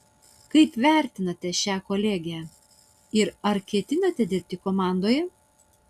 kaip vertinate šią kolegę ir ar ketinate dirbti komandoje